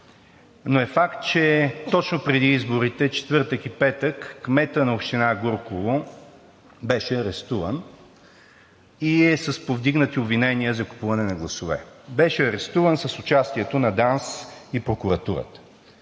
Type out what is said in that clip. но е факт, че точно преди изборите – четвъртък и петък, кметът на община Гурково беше арестуван и е с повдигнати обвинения за купуване на гласове. Беше арестуван с участието на ДАНС и прокуратурата.